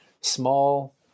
small